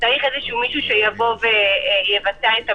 צריך מישהו שיבצע את הבדיקה.